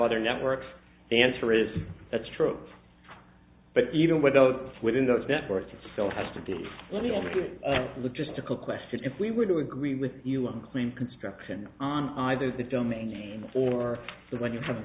other networks the answer is that's true but even with those within those networks it still has to be a logistical question if we were to agree with you and claim construction on either the domain or the when you haven't